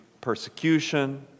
persecution